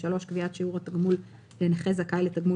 קביעת שיעור תגמול לנכה זכאי לתגמול